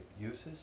uses